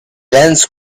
lance